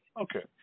okay